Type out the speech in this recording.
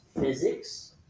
physics